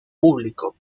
público